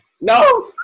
no